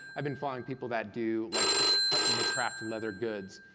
i've been following people that do, like they craft leather goods,